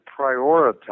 prioritize